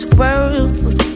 world